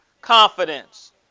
confidence